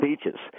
speeches